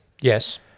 Yes